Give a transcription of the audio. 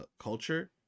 culture